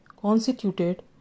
constituted